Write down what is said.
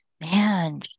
man